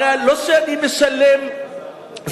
הרי זה לא שאני משלם כמוהו,